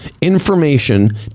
information